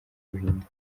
buhinde